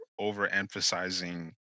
overemphasizing